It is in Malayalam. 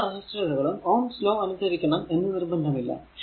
എല്ലാ റെസിസ്റ്ററുകളും ഓംസ് ലോ അനുസരിക്കണം എന്ന് നിർബന്ധം ഇല്ല